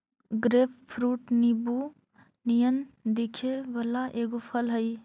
grapefruit नींबू नियन दिखे वला एगो फल हई